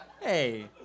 Hey